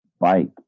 bike